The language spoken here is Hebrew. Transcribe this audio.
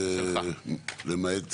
למעט